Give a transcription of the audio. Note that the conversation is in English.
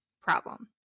problem